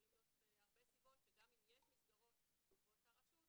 יכולות להיות הרבה סיבות שגם אם יש מסגרות באותה רשות,